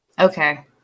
Okay